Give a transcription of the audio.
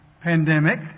pandemic